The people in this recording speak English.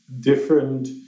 different